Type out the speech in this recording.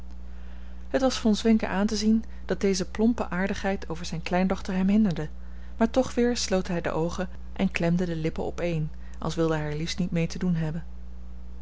het was von zwenken aan te zien dat deze plompe aardigheid over zijne kleindochter hem hinderde maar toch weer sloot hij de oogen en klemde de lippen opeen als wilde hij er liefst niet mee te doen hebben